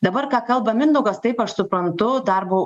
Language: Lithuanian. dabar ką kalba mindaugas taip aš suprantu darbo